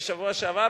בשבוע שעבר,